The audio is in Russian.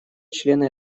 члены